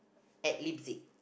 at Leipzig